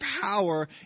power